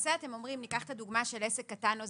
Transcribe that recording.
למעשה אתם אומרים - ניקח לדוגמה את עסק קטן או